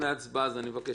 אני מבקש תני לו לסיים.